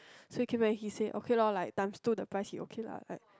so he came back he say okay lor like times two the price he okay lah like